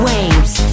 Waves